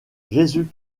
jésus